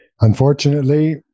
Unfortunately